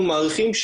אנחנו מעריכים,